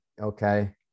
okay